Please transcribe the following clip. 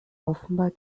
offenbar